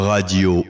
Radio